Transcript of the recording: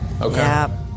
Okay